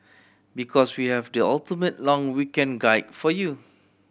because we have the ultimate long weekend guide for you